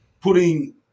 putting